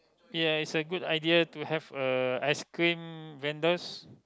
ya is a good idea to have a ice cream vendors